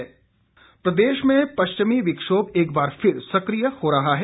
मौसम प्रदेश में पश्चिमी विक्षोभ एक बार फिर सक्रिय हो रहा है